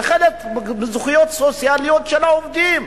זה חלק מהזכויות הסוציאליות של העובדים.